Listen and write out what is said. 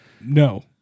no